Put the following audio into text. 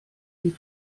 wie